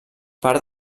part